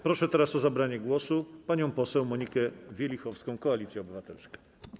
Proszę teraz o zabranie głosu panią poseł Monikę Wielichowską, Koalicja Obywatelska.